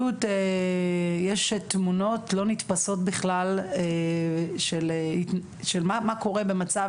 יש תמונות לא נתפסות בכלל של מה קורה במצב